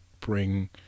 bring